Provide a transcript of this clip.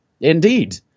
Indeed